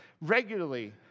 Regularly